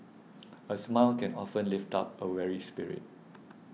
a smile can often lift up a weary spirit